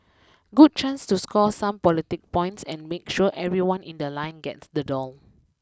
good chance to score some politic points and make sure everyone in the line gets the doll